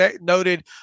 noted